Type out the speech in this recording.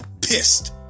pissed